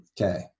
okay